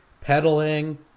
pedaling